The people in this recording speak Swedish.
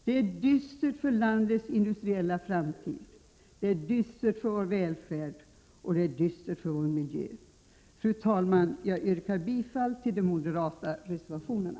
Det är dystert för landets industriella framtid, för vår välfärd och för vår miljö. Fru talman! Jag yrkar bifall till de moderata reservationerna.